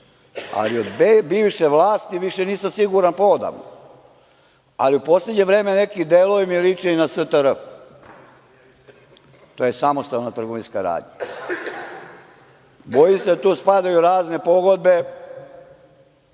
ali od bivše vlasti više nisam siguran odavno. Ali u poslednje vreme neki delovi mi liče na STR, to je samostalna trgovinska radnja. Bojim se da tu spadaju razne pogodbe